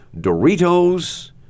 Doritos